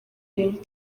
rayons